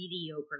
mediocre